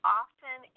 often